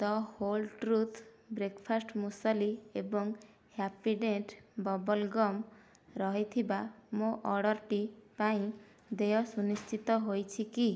ଦ whole truth breakfast muesli ଏବଂ Happydent bubble gum ରହିଥିବା ମୋ ଅର୍ଡ଼ର୍ଟି ପାଇଁ ଦେୟ ସୁନିଶ୍ଚିତ ହୋଇଛି କି